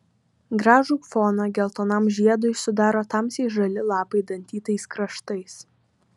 gražų foną geltonam žiedui sudaro tamsiai žali lapai dantytais kraštais